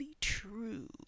true